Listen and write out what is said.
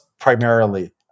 primarily